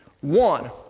one